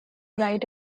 write